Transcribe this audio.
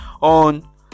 on